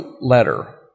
letter